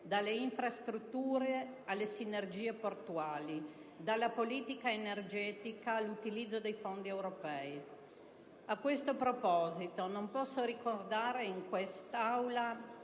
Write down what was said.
dalle infrastrutture alle sinergie portuali, dalla politica energetica all'utilizzo dei fondi europei. A questo proposito, non posso non ricordare in quest'Aula